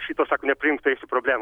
šito sako nepriimk turėsi problemų